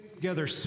Together